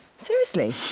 seriously.